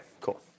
cool